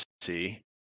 see